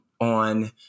on